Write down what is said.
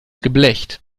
geblecht